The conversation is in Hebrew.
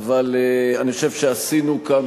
אדוני היושב-ראש,